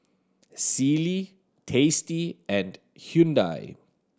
Sealy Tasty and Hyundai